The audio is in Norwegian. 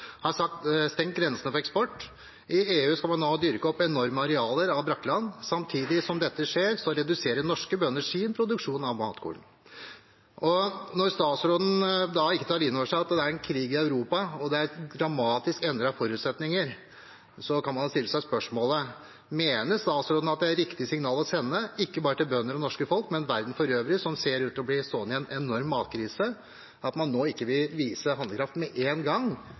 stengt grensene for eksport. I EU skal vi nå dyrke opp enorme arealer brakkland. Samtidig som dette skjer reduserer norske bønder sin produksjon av matkorn. Når statsråden da ikke tar innover seg at det er en krig i Europa, og at det er dramatisk endrede forutsetninger, kan man stille spørsmålet: Mener statsråden at det er riktig signal å sende, ikke bare til bønder og det norske folk, men til verden for øvrig, som ser ut til å bli stående i en enorm matkrise, at man nå ikke vil vise handlekraft med en gang?